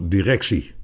Directie